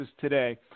today